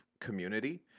community